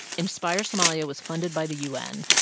inspire somalia was funded by the u n.